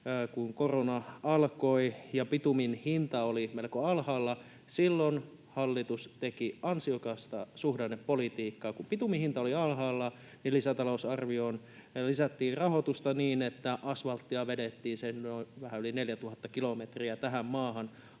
kun korona alkoi ja bitumin hinta oli melko alhaalla. Silloin hallitus teki ansiokasta suhdannepolitiikkaa. Kun bitumin hinta oli alhaalla, niin lisätalousarvioon lisättiin rahoitusta niin, että asvalttia vedettiin se vähän yli 4 000 kilometriä tähän maahan.